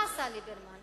מה עשה ליברמן?